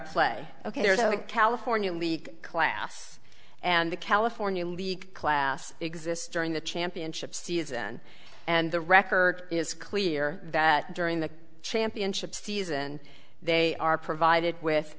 play ok here the california league class and the california league class exist during the championship season and the record is clear that during the championship season they are provided with